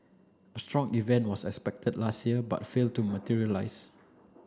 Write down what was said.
a strong event was expected last year but failed to materialize